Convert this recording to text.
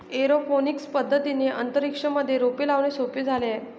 aeroponics पद्धतीने अंतरिक्ष मध्ये रोपे लावणे सोपे झाले आहे